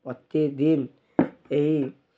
ପ୍ରତିଦିନ ଏହି